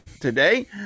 today